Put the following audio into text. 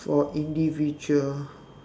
for individual